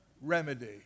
remedy